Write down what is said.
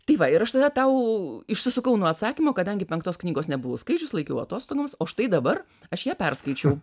tai va ir aš tada tau išsisukau nuo atsakymo kadangi penktos knygos nebuvau skaičius laikiau atostogoms o štai dabar aš ją perskaičiau